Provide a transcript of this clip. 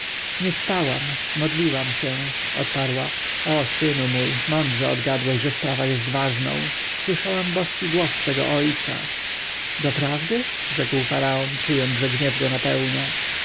nie spałam modliłam się odparła o synu mój mądrze odgadłeś że sprawa jest ważną słyszałam boski głos twego ojca doprawdy rzeki faraon czując że gniew go napełnia